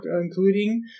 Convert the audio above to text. including